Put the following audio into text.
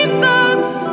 thoughts